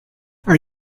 are